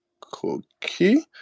cookie